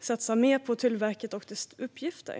satsar mer på Tullverket och dess uppgifter.